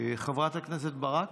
חברת הכנסת ברק?